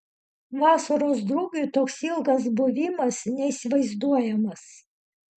vasaros drugiui toks ilgas buvimas neįsivaizduojamas